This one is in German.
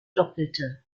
doppelte